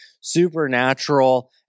supernatural